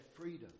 freedom